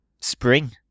spring